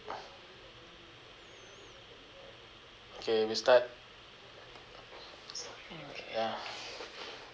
okay we start ya